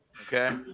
Okay